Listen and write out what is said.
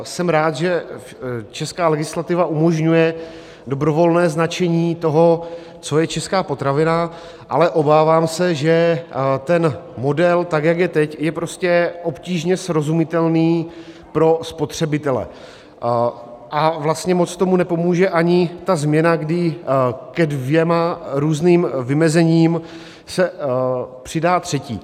Jsem rád, že česká legislativa umožňuje dobrovolné značení toho, co je česká potravina, ale obávám se, že ten model, tak jak je teď, je obtížně srozumitelný pro spotřebitele, a vlastně moc tomu nepomůže ani ta změna, kdy ke dvěma různým vymezením se přidá třetí.